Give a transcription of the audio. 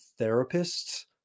therapists